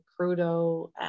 Crudo